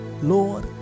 Lord